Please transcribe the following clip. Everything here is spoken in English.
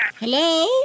Hello